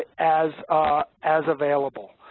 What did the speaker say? as as available.